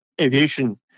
Aviation